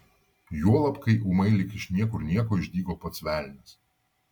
juolab kai ūmai lyg iš niekur nieko išdygo pats velnias